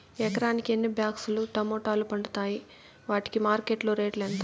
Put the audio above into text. ఎకరాకి ఎన్ని బాక్స్ లు టమోటాలు పండుతాయి వాటికి మార్కెట్లో రేటు ఎంత?